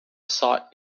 sought